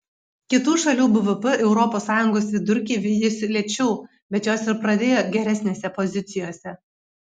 kitų šalių bvp europos sąjungos vidurkį vijosi lėčiau bet jos ir pradėjo geresnėse pozicijose